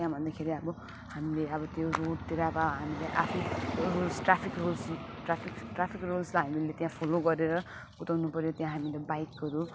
त्यहाँ भन्दाखेरि अब हामीले अब त्यो रोडतिर अब हामीले आफै rules traffic rules traffic traffic रुल्सलाई हामीले त्यहाँ फोलो गरेर कुदाउनुपर्यो त्यहाँ हामीले बाइकहरू